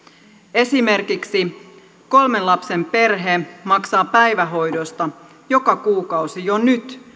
esimerkiksi kolmen lapsen perhe maksaa päivähoidosta joka kuukausi jo nyt